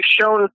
shown